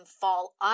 fall